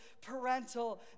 parental